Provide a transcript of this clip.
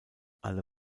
alle